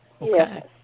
Yes